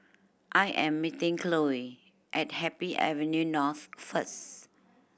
I am meeting Cloe at Happy Avenue North first